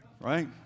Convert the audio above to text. right